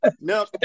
No